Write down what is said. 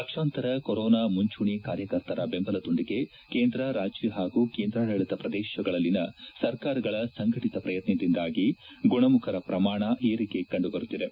ಲಕ್ಷಾಂತರ ಕೊರೊನಾ ಮುಂಚೂಣಿ ಕಾರ್ಯಕರ್ತರ ಬೆಂಬಲದೊಂದಿಗೆ ಕೇಂದ್ರ ರಾಜ್ಯ ಹಾಗೂ ಕೇಂದ್ರಾಡಳಿತ ಪ್ರದೇಶಗಳಲ್ಲಿನ ಸರ್ಕಾರಗಳ ಸಂಘಟಿತ ಸ್ಪ್ರಯತ್ನದಿಂದಾಗಿ ಗುಣಮುಖರ ಪ್ರಮಾಣದಲ್ಲಿ ಏರಿಕೆ ಕಂಡುಬರುತ್ತಿದೆ